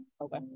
Okay